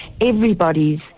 everybody's